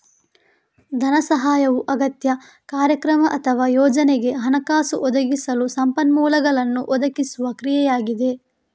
ಧನ ಸಹಾಯವು ಅಗತ್ಯ, ಕಾರ್ಯಕ್ರಮ ಅಥವಾ ಯೋಜನೆಗೆ ಹಣಕಾಸು ಒದಗಿಸಲು ಸಂಪನ್ಮೂಲಗಳನ್ನು ಒದಗಿಸುವ ಕ್ರಿಯೆಯಾಗಿದೆ